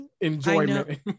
enjoyment